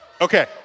Okay